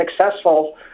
successful